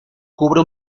cubre